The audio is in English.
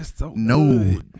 No